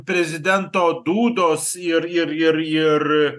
prezidento dūdos ir ir ir ir